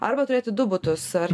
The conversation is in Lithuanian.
arba turėti du butus ar